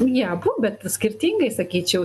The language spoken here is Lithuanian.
jie abu bet skirtingai sakyčiau